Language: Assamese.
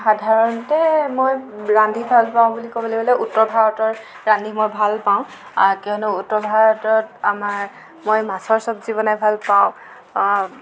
সাধাৰণতে মই ৰান্ধি ভাল পাওঁ বুলি ক'বল গ'লে উত্তৰ ভাৰতৰ ৰান্ধি মই ভাল পাওঁ কিয়নো উত্তৰ ভাৰতত আমাৰ মই মাছৰ চব্জি বনাই ভাল পাওঁ